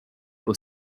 aux